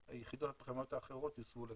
היחידות הפחמיות האחרות יוסבו לגז,